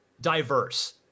diverse